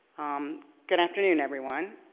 um good afternoon everyone.